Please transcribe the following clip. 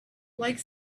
like